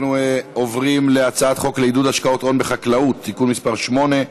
אנחנו עוברים להצעת חוק לעידוד השקעות הון בחקלאות (תיקון מס' 8),